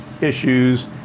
issues